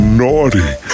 naughty